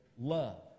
love